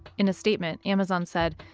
in a statement, amazon said,